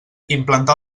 implantar